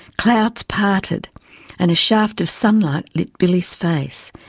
clouds parted and a shaft of sunlight lit billy's face.